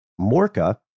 Morka